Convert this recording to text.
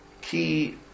key